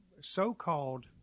so-called